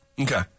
Okay